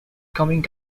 coming